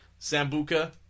Sambuca